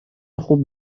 خوب